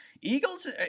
Eagles